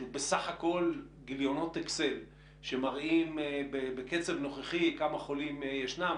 שהוא בסך הכול גיליונות אקסל שמראים בקצב נוכחי כמה חולים ישנם,